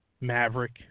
Maverick